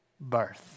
birth